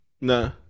No